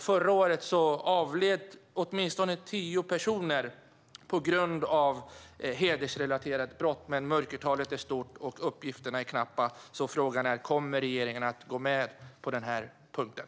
Förra året avled åtminstone tio personer på grund av hedersrelaterade brott. Men mörkertalet är stort, och uppgifterna är knappa. Frågan är alltså om regeringen kommer att gå oss till mötes på den här punkten.